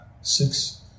six